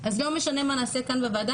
אז לא משנה מה נעשה כאן בוועדה,